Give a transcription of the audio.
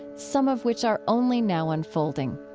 some of which are only now unfolding?